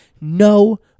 no